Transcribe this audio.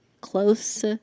close